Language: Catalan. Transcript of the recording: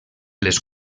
les